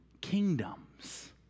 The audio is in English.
kingdoms